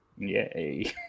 Yay